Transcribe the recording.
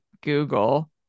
Google